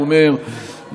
הוא אומר,